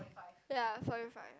ya forty five